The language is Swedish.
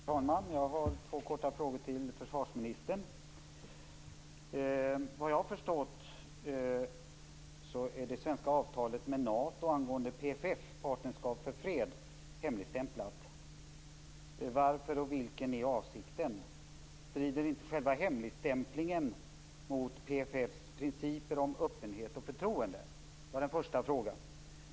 Herr talman! Jag har två korta frågor till försvarsministern. Såvitt jag har förstått är det svenska avtalet med NATO angående PFF, Partnerskap för fred, hemligstämplat. Varför och vilken är avsikten? Strider inte själva hemligstämplingen mot PFF:s principer om öppenhet och förtroende? Det var den första frågan.